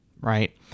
right